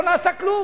לא נעשה כלום,